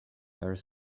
earth